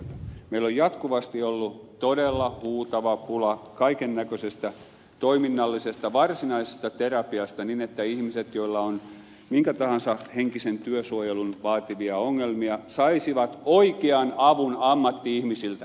meillä on jatkuvasti ollut todella huutava pula kaiken näköisestä toiminnallisesta varsinaisesta terapiasta niin että ihmiset joilla on minkä tahansa henkisen työsuojelun vaativia ongelmia saisivat oikean avun ammatti ihmisiltä